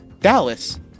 Dallas